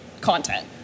content